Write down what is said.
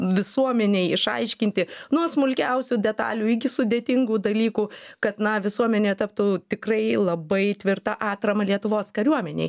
visuomenei išaiškinti nuo smulkiausių detalių iki sudėtingų dalykų kad na visuomenė taptų tikrai labai tvirta atrama lietuvos kariuomenei